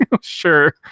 sure